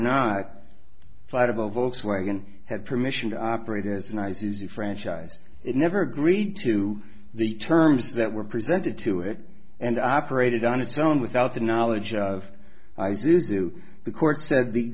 a fight about volkswagen had permission to operate as nice as the franchise it never agreed to the terms that were presented to it and i operated on its own without the knowledge of this do the court said the